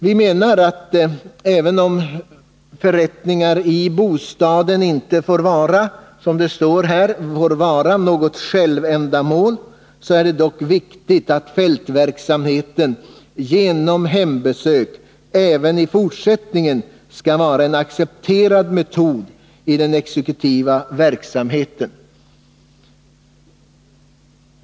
Vi menar att även om förrättningar i bostaden inte får vara något självändamål, så är det dock viktigt att fältverksamheten genom hembesök även i fortsättningen skall vara en accepterad metod i den exekutiva verksamheten.